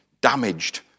damaged